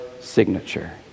signature